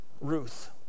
Ruth